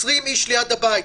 20 איש ליד הבית,